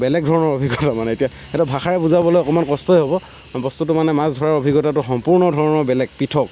বেলেগ ধৰণৰ অভিজ্ঞতা মানে এতিয়া এইটো ভাষাৰে বুজাবলৈ অকণমান কষ্টই হ'ব বস্তুটো মানে মাছ ধৰাৰ অভিজ্ঞতাটো সম্পূৰ্ণ ধৰণৰ বেলেগ পৃথক